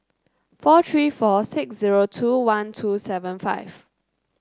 four three four six zero two one two seven five